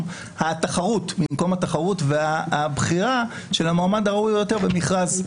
התחרות והבחירה של המועמד הראוי ביותר במכרז.